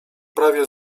prawie